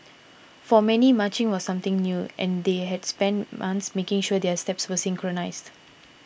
for many marching was something new and they had spent months making sure their steps were synchronised